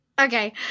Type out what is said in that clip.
Okay